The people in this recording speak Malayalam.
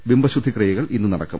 ബിംബ ശുദ്ധിക്രിയകൾ ഇന്ന് നടക്കും